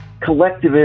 collectivist